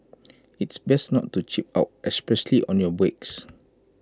it's best not to cheap out especially on your brakes